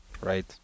right